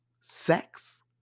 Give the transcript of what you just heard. Sex